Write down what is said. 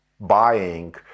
buying